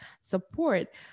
support